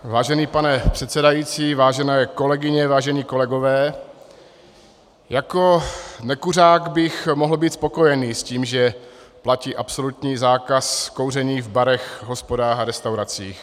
Vážený pane předsedající, vážené kolegyně, vážení kolegové, jako nekuřák bych mohl být spokojen s tím, že platí absolutní zákaz kouření v barech, hospodách a restauracích.